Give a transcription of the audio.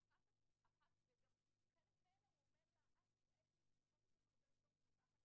האם יש תכנית הסברה למניעה?